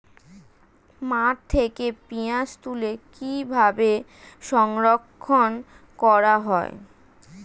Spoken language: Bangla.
মাঠ থেকে পেঁয়াজ তুলে কিভাবে সংরক্ষণ করা হয়?